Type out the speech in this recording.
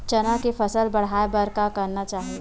चना के फसल बढ़ाय बर का करना चाही?